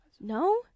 No